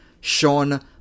sean